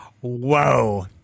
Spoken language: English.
Whoa